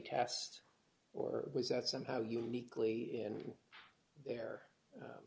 test or was that somehow uniquely in there